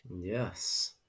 Yes